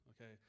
Okay